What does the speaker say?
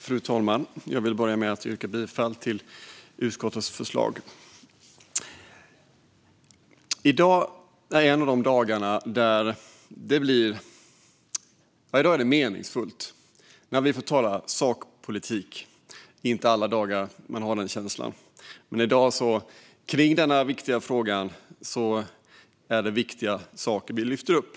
Fru talman! Jag vill börja med att yrka bifall till utskottets förslag. I dag är det meningsfullt, när vi får tala sakpolitik. Det är inte alla dagar man har den känslan. Men i dag, i denna viktiga fråga, är det viktiga saker vi lyfter upp.